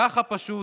ככה פשוט,